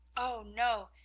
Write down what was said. oh, no,